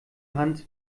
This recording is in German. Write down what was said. hand